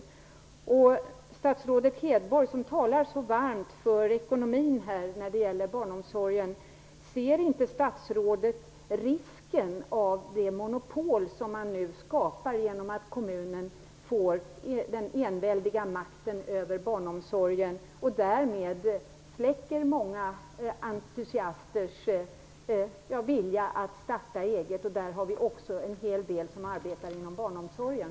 Ser inte statsrådet Hedborg, som här talar så varmt för ekonomin i barnomsorgen, risken för att det monopol som nu skapas genom att kommunen får den enväldiga makten över barnomsorgen kommer att släcka många entusiasters vilja att starta eget? Den finns hos en hel del av dem som arbetar inom barnomsorgen.